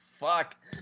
fuck